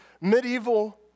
medieval